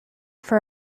for